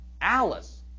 Alice